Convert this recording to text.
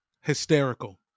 Hysterical